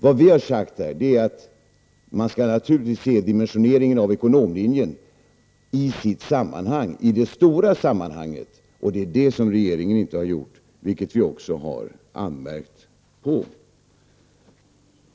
Vad vi moderater har sagt är att dimensioneringen av ekonomlinjen naturligtvis skall ses i det stora sammanhanget. Det är det som regeringen inte har gjort, vilket vi har anmärkt på.